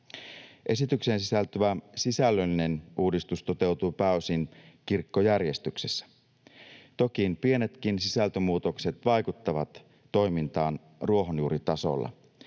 Esitykseen sisältyvä sisällöllinen uudistus toteutuu pääosin kirkkojärjestyksessä. Toki pienetkin sisältömuutokset vaikuttavat toimintaan ruohonjuuritasolla.